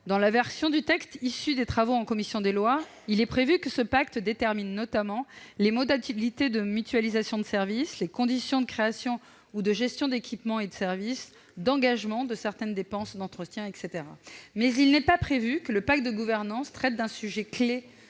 Dans la version du texte issue des travaux de la commission des lois, il est prévu que ce pacte détermine notamment les modalités de mutualisation de services, les conditions de création ou de gestion d'équipements et de services, les conditions d'engagement de certaines dépenses d'entretien, etc. Toutefois, il n'est pas prévu que le pacte de gouvernance traite d'un sujet clé